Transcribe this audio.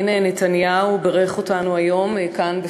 גם ראש הממשלה בנימין נתניהו בירך אותנו היום כאן,